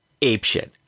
apeshit